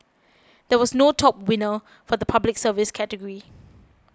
there was no top winner for the Public Service category